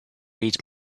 read